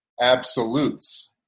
absolutes